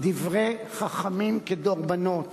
דברי חכמים כדרבונות.